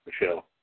Michelle